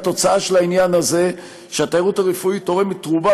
התוצאה של העניין הזה הוא שהתיירות הרפואית תורמת תרומה